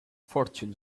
fortune